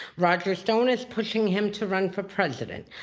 roger stone is pushing him to run for president.